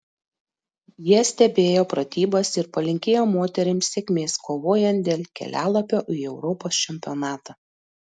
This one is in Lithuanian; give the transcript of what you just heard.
jie stebėjo pratybas ir palinkėjo moterims sėkmės kovojant dėl kelialapio į europos čempionatą